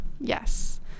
Yes